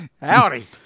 Howdy